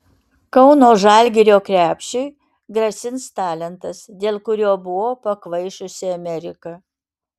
kauno žalgirio krepšiui grasins talentas dėl kurio buvo pakvaišusi amerika